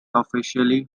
official